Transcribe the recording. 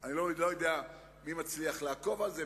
אני לא יודע מי מצליח לעקוב אחרי זה,